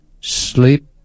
sleep